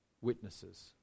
witnesses